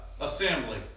assembly